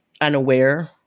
unaware